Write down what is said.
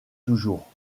toujours